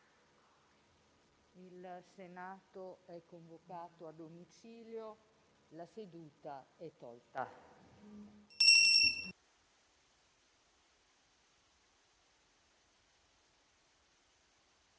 Il Senato è convocato a domicilio. La seduta è tolta